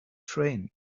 train